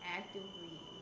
actively